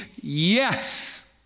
Yes